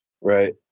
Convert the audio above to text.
Right